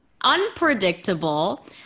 Unpredictable